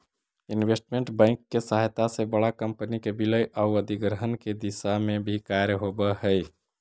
investment bank के सहायता से बड़ा कंपनी के विलय आउ अधिग्रहण के दिशा में भी कार्य होवऽ हइ